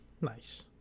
Nice